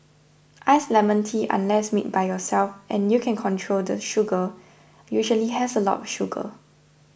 iced lemon tea unless made by yourself and you can control the sugar usually has a lot of sugar